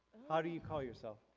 how do you call yourself?